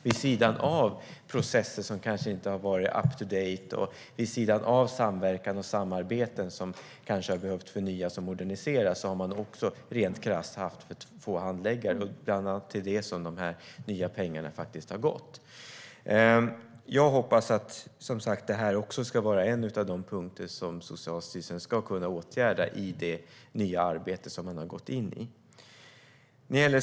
Vid sidan av processen som kanske inte har varit up-to-date och vid sidan av samverkan och samarbete som kanske hade behövt förnyas och moderniseras har man också haft för få handläggare. Det är bland annat till det som de här nya pengarna faktiskt har gått. Jag hoppas att detta ska vara en av de punkter som Socialstyrelsen ska kunna åtgärda i det nya arbete som man har påbörjat.